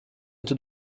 into